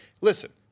listen